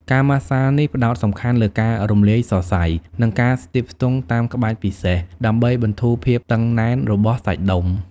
ការម៉ាស្សានេះផ្ដោតសំខាន់លើការរំលាយសរសៃ និងការស្ទាបស្ទង់តាមក្បាច់ពិសេស ដើម្បីបន្ធូរភាពតឹងណែនរបស់សាច់ដុំ។